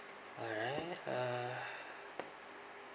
alright uh